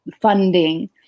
funding